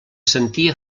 sentia